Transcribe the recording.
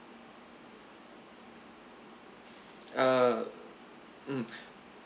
uh mm